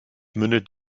mündet